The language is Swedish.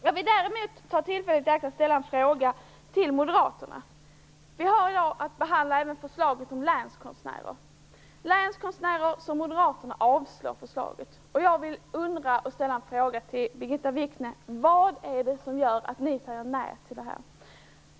Jag vill ta tillfället i akt att ställa en fråga till Moderaterna. Riksdagen har i dag att behandla även förslaget om länskonstnärer. Moderaterna avslår förslaget. Vad är det som gör att Moderaterna säger nej till detta, Birgitta Wichne?